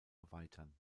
erweitern